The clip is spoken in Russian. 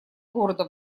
городом